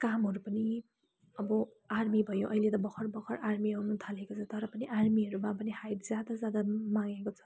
कामहरू पनि अब आर्मी भयो अहिले त भर्खर भर्खर आर्मी आउनथालेको छ तर पनि आर्मीहरूमा पनि हाइट ज्यादा ज्यादा मागेको छ